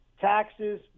Taxes